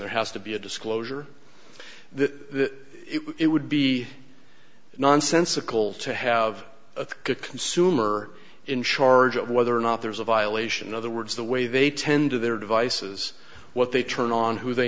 there has to be a disclosure that it would be nonsensical to have a consumer in charge of whether or not there's a violation other words the way they tend to their devices what they turn on who they